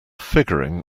figuring